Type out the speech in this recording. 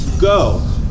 go